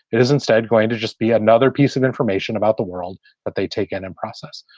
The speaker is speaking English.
it is instead going to just be another piece of information about the world that they take in and process.